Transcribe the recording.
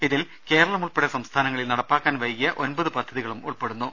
ഇതിൽ കേരളം ഉൾപ്പെടെ സംസ്ഥാനങ്ങളിൽ നടപ്പാക്കാൻ വൈകിയ ഒമ്പത് പദ്ധതികൾ പെടുന്നു